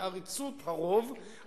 לעריצות הרוב,